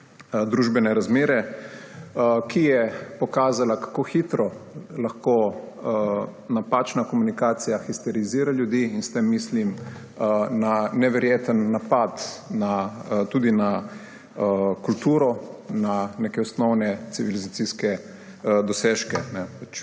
družbene razmere, ki je pokazala, kako hitro lahko napačna komunikacija histerizira ljudi. S tem mislim na neverjeten napad tudi na kulturo, na neke osnovne civilizacijske dosežke.